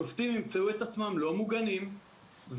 שופטים ימצאו את עצמם לא מוגנים ותביעים,